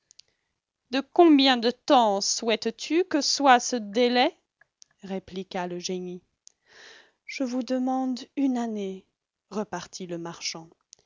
de combien de temps souhaites tu que soit ce délai répliqua le génie je vous demande une année repartit le marchand